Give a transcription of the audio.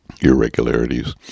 irregularities